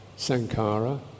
Sankara